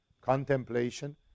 contemplation